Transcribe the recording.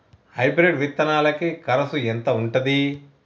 Hybrid విత్తనాలకి కరుసు ఎంత ఉంటది?